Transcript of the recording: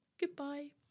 goodbye